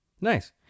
Nice